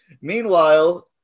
Meanwhile